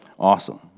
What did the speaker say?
Awesome